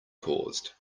caused